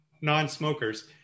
non-smokers